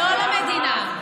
לא למדינה.